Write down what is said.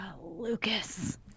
Lucas